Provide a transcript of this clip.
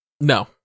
No